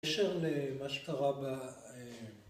‫בקשר למה שקרה ב...